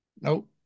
Nope